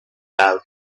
pouch